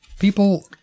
People